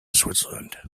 switzerland